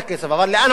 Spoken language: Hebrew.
אבל לאן הולך הכסף?